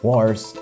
Wars